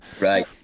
Right